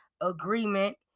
agreement